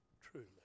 truly